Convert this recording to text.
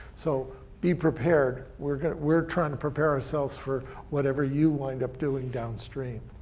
so be prepared, we're we're trying to prepare ourselves for whatever you wind up doing downstream.